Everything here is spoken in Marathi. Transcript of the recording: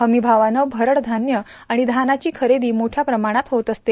हमी भावानं भरड धान्य आर्गाण धानाची खरेदी मोठ्या प्रमाणात होत असते